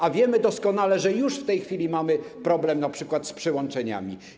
A wiemy doskonale, że już w tej chwili mamy problem np. z przyłączeniami.